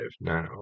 now